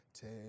Take